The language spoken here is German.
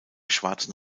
schwarzen